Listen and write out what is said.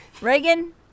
reagan